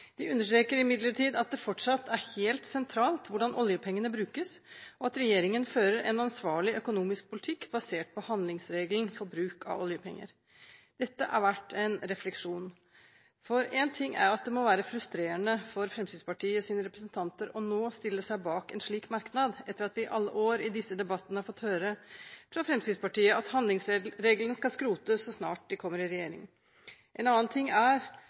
De understreker imidlertid at det fortsatt er «helt sentralt hvordan oljepengene brukes», og at «regjeringen fører en ansvarlig økonomisk politikk basert på handlingsregelen for bruk av oljepenger». Dette er verdt en refleksjon. Én ting er at det må være frustrerende for Fremskrittspartiets representanter nå å stille seg bak en slik merknad, etter at vi i alle år i disse debattene har fått høre fra Fremskrittspartiet at handlingsregelen skal skrotes så snart de kommer i regjering. En annen ting er